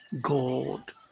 god